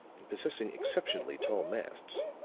and possessing exceptionally tall masts.